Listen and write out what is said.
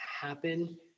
happen